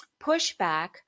pushback